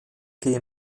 gmbh